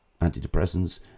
antidepressants